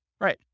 Right